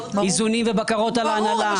הכולל איזונים ובקרות על ההנהלה,